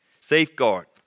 safeguard